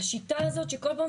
השיטה הזאת שכל הזמן